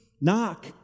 knock